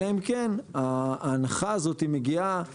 אלא אם כן, ההנחה הזאת מגיעה לייעודה,